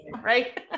Right